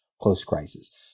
post-crisis